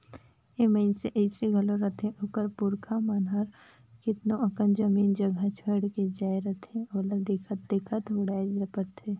ए मइनसे अइसे घलो रहथें ओकर पुरखा मन हर केतनो अकन जमीन जगहा छोंएड़ के जाए रहथें ओला देखत देखत उड़ाए धारथें